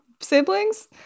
siblings